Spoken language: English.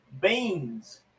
Beans